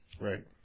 Right